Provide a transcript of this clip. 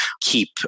keep